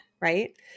Right